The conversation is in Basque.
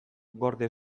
gorde